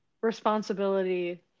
responsibility